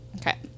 Okay